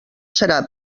serà